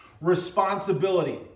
responsibility